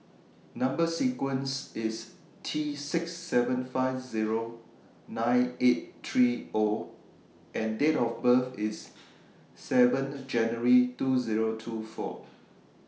Number sequence IS T six seven five Zero nine eight three O and Date of birth IS seven January two Zero two four